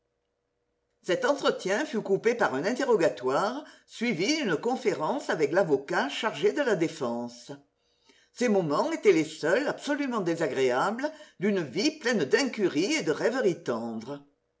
cet entretien fut coupé par un interrogatoire suivi d'une conférence avec l'avocat chargé de la défense ces moments étaient les seuls absolument désagréables d'une vie pleine d'incurie et de rêveries tendres